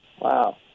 Wow